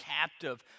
captive